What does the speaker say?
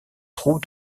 trous